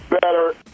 better